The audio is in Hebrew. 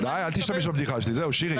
די, אל תשתמש בבדיחה שלי, שירי.